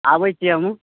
आबै छी हमहुँ